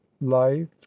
life